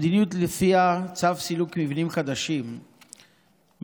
המדיניות שלפיה צו סילוק מבנים חדשים מיושמת,